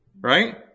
right